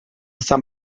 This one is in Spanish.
san